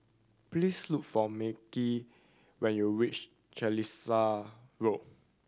please look for Markel when you reach Carlisle Road